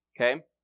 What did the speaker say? Okay